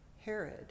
Herod